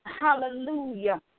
hallelujah